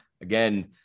Again